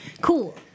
Cool